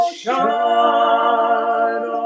shine